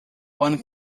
one